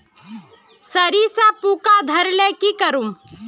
सरिसा पूका धोर ले की करूम?